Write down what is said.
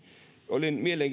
olin